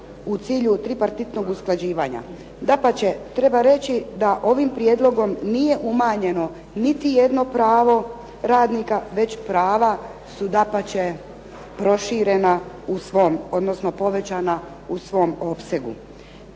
u cilju tripartitnog usklađivanja. Dapače, treba reći da ovim prijedlogom nije umanjeno niti jedno pravo radnika, već prava su dapače proširena, odnosno povećana u svom opsegu.